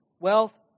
wealth